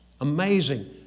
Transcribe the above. Amazing